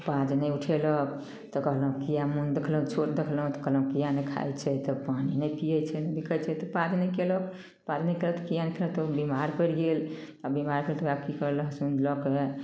पाउज नहि उठेलक तऽ कहलहुँ किएक मोन देखलक छोट देखलक तऽ किएक नहि खाइ छै आओर पानि नहि पीयै छै पाउज नहि कयलक पाउज नहि करत किएक नहि करतय बीमार पड़ी गेल आब बीमार छै तऽ ओकरा आब की करबय लहसुन लए कऽ